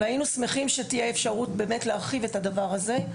היינו שמחים שתהיה אפשרות להרחיב את הדבר הזה.